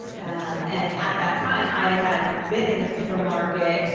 and and at that time, i had been in the supermarket.